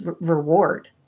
reward